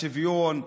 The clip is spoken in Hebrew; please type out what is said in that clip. השוויון,